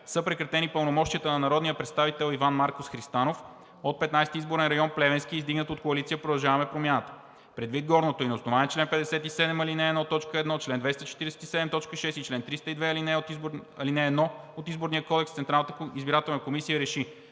са прекратени пълномощията на народния представител Иван Маркос Христанов от Петнадесети изборен район – Плевенски, издигнат от Коалиция „Продължаваме Промяната“. Предвид горното и на основание чл. 57, ал. 1, т. 1, чл. 247, т. 6 и чл. 302, ал. 1 от Изборния кодекс Централната избирателна комисия РЕШИ: